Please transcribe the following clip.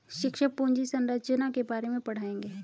शिक्षक पूंजी संरचना के बारे में पढ़ाएंगे